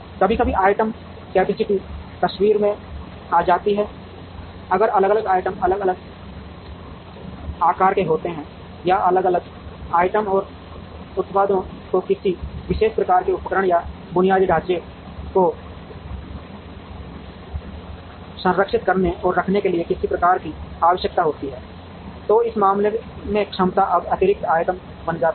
कभी कभी item capacity तस्वीर में आ जाती है अगर अलग अलग आइटम अलग अलग आकार के होते हैं या अगर अलग अलग आइटम और उत्पादों को किसी विशेष प्रकार के उपकरण या बुनियादी ढांचे को संरक्षित करने और रखने के लिए किसी प्रकार की आवश्यकता होती है तो इस मामले में क्षमता अब अतिरिक्त आइटम बन जाएगी